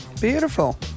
Beautiful